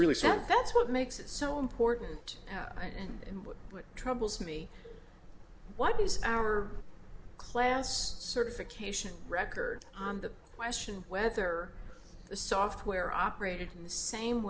really sad that's what makes it so important i think in what troubles me what is our class certification record on the question whether the software operated in the same